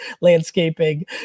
landscaping